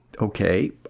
Okay